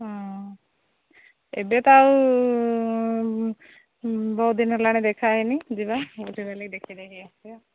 ହଁ ଏବେ ତ ଆଉ ବହୁତ ଦିନ ହେଲାଣି ଦେଖା ହେଇନି ଯିବା ବୁଲି ବଲିକି ଲାଗି ଦେଖିଦେଇ ଆସିବା